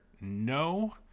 No